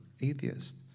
atheist